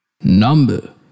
Number